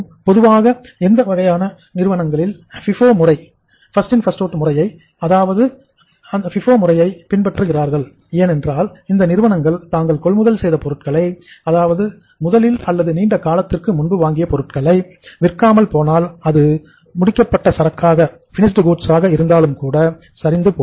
பொதுவாக எந்த வகையான நிறுவனங்களில் FIFO முறையை அதாவது பஸ்ட் இன் பஸ்ட் அவுட் இருந்தாலும் கூட சரிந்து போகும்